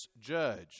judge